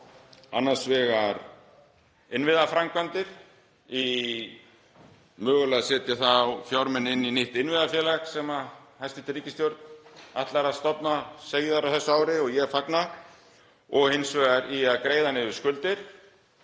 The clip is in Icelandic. annars vegar innviðaframkvæmdir, mögulega að setja þá fjármuni inn í nýtt innviðafélag sem hæstv. ríkisstjórn ætlar að stofna síðar á þessu ári og ég fagna, og hins vegar í að greiða niður skuldir